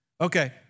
Okay